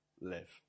live